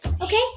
Okay